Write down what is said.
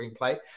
screenplay